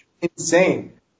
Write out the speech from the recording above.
insane